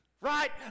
Right